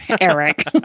Eric